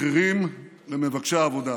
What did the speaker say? לשכירים ולמבקשי העבודה.